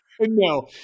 No